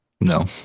No